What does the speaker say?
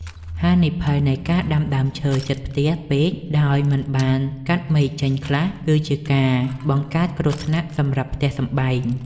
ហានិភ័យនៃការដាំដើមឈើជិតផ្ទះពេកដោយមិនបានកាត់មែកចេញខ្លះ គឺជាការបង្កើតគ្រោះថ្នាក់សម្រាប់ផ្ទះសម្បែង។